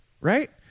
right